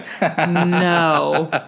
No